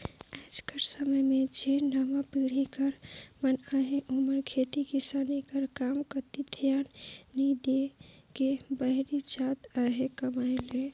आएज कर समे में जेन नावा पीढ़ी कर मन अहें ओमन खेती किसानी कर काम कती धियान नी दे के बाहिरे जात अहें कमाए ले